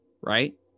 Right